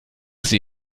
sie